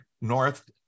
north